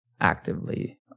actively